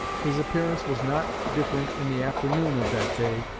his appearance was not different in the afternoon of that day,